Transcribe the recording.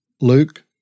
Luke